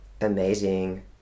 amazing